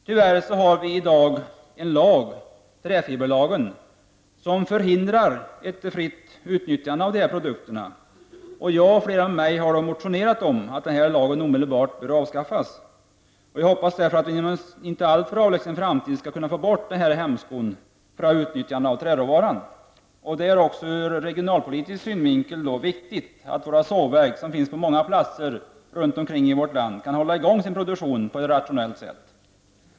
Tyvärr har vi i dag en lag, träfiberlagen, som förhindrar ett fritt utnyttjande av dessa produkter. Jag och flera med mig har motionerat om att denna lag omedelbart bör avskaffas. Jag hoppas därför att vi inom en inte alltför avlägsen framtid skall kunna få bort denna hämsko på utnyttjandet av träråvaror. Det är också ur regionalpolitisk synvinkel viktigt att våra sågverk, som finns på många platser i vårt land, kan hålla i gång sin produktion på ett rationellt sätt.